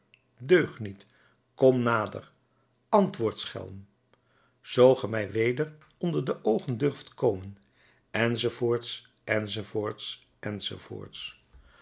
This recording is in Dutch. deugniet kom nader antwoord schelm zoo ge mij weder onder de oogen durft komen enz